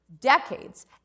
decades